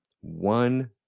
one